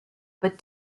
but